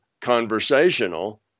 conversational